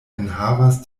enhavas